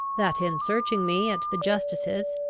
that, in searching me at the justice's,